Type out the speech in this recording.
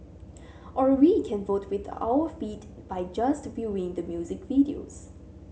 or we can vote with our feet by just viewing the music videos